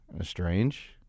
strange